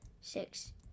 six